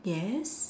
yes